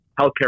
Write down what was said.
healthcare